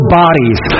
bodies